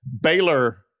Baylor